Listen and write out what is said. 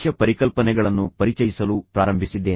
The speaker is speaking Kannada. ನೀವು ಉದಾಹರಣೆಗಳನ್ನು ರಚಿಸಲು ಸಾಧ್ಯವಾಯಿತೆ